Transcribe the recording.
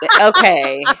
okay